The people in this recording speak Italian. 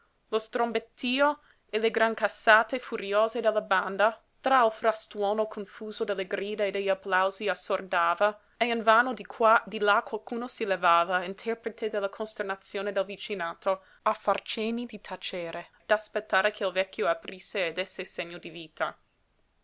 lo strombettío e le grancassate furiose della banda tra il frastuono confuso delle grida e degli applausi assordava e invano di qua di là qualcuno si levava interprete della costernazione del vicinato a far cenni di tacere d'aspettare che il vecchio aprisse e desse segno di vita